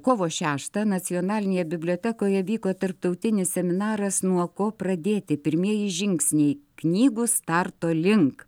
kovo šeštą nacionalinėje bibliotekoje vyko tarptautinis seminaras nuo ko pradėti pirmieji žingsniai knygų starto link